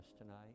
tonight